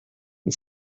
and